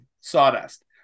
sawdust